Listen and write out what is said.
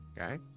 Okay